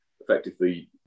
effectively